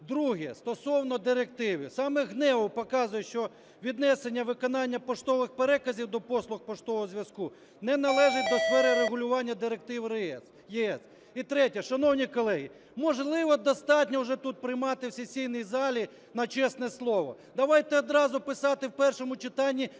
Друге. Стосовно директиви. Саме ГНЕУ показує, що віднесення виконання поштових переказів до послуг поштового зв'язку не належить до сфери регулювання директив ЄС. І третє. Шановні колеги, можливо, достатньо вже тут приймати в сесійній залі на чесне слово. Давайте одразу писати в першому читанні нормальні